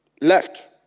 left